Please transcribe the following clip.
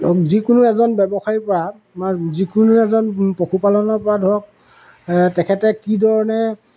যিকোনো এজন ব্যৱসায় পৰা যিকোনো এজন পশুপালনৰ পৰা ধৰক তেখেতে কি ধৰণে